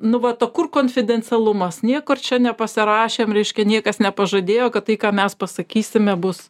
nu vat o kur konfidencialumas niekur čia nepasirašėm reiškia niekas nepažadėjo kad tai ką mes pasakysime bus